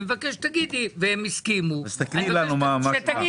אני מבקש שתגידי מה שינית.